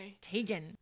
Tegan